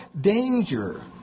danger